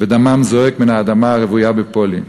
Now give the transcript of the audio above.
ודמם זועק מן האדמה הרוויה בפולין.